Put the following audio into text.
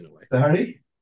Sorry